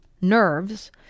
nerves